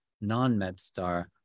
non-MedStar